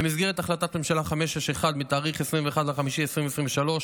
במסגרת החלטת ממשלה 561 מתאריך 21 במאי 2023,